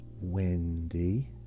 Wendy